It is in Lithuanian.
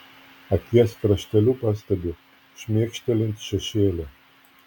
akies krašteliu pastebiu šmėkštelint šešėlį